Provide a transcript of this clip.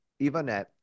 Ivanette